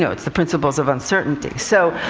so it's the principles of uncertainty, so,